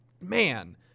man